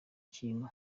kintu